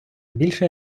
більше